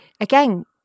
Again